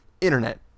internet